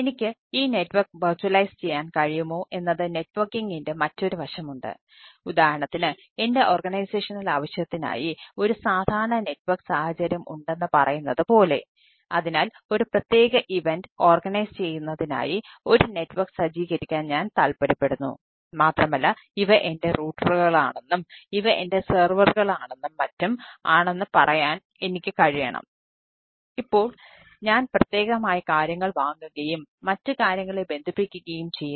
എനിക്ക് ഈ നെറ്റ്വർക്ക് നൽകുന്നു